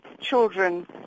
children